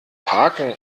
parken